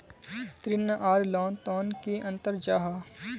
ऋण आर लोन नोत की अंतर जाहा?